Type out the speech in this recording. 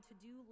to-do